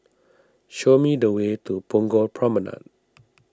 show me the way to Punggol Promenade